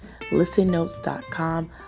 ListenNotes.com